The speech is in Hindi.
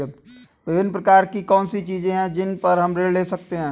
विभिन्न प्रकार की कौन सी चीजें हैं जिन पर हम ऋण ले सकते हैं?